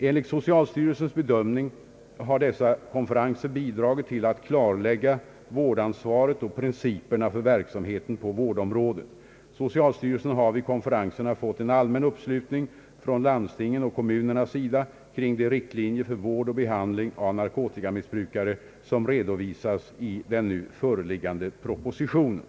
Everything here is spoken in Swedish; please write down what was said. Enligt socialstyrelsens bedömning har dessa konferenser bidragit till att klarlägga vårdansvaret och principerna för verksamheten på vårdområdet. Socialstyrelsen har vid konferenserna fått en allmän uppslutning från landstingens och kommunernas sida kring de riktlinjer för vård och behandling av narkotikamissbrukare, som redovisats i den nu föreliggande propositionen.